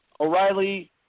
O'Reilly